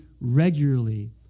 regularly